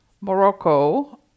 Morocco